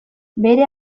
bere